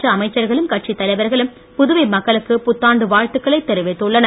மற்ற அமைச்சர்களும் கட்சித் தலைவர்களும் புதுவை மக்களுக்கு புத்தாண்டு வாழ்த்துக்களை தெரிவித்துள்ளனர்